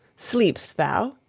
sleep'st thou?